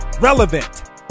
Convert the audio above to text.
Relevant